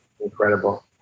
Incredible